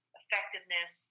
effectiveness